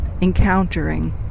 encountering